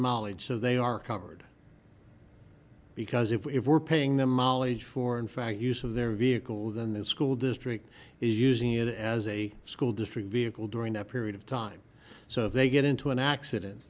mileage so they are covered because if we're paying them ol age for in fact use of their vehicle then the school district is using it as a school district vehicle during that period of time so they get into an accident